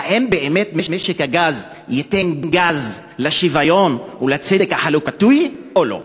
האם באמת משק הגז ייתן גז לשוויון ולצדק החלוקתי או לא?